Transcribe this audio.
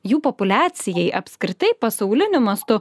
jų populiacijai apskritai pasauliniu mastu